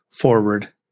forward